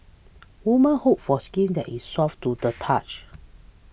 women hope for skin that is soft to the touch